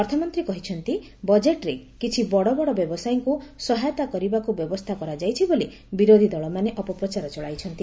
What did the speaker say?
ଅର୍ଥମନ୍ତ୍ରୀ କହିଛନ୍ତି ବଜେଟ୍ରେ କିଛି ବଡ଼ ବଡ଼ ବ୍ୟବସାୟୀଙ୍କୁ ସହାୟତା କରିବାକୁ ବ୍ୟବସ୍ଥା କରାଯାଇଛି ବୋଲି ବିରୋଧୀ ଦଳମାନେ ଅପପ୍ରଚାର ଚଳାଇଛନ୍ତି